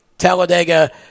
talladega